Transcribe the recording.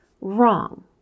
wrong